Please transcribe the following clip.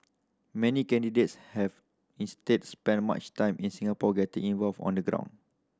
many candidates have instead spent much time in Singapore getting involved on the ground